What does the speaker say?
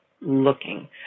looking